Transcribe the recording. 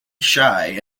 shy